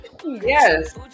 Yes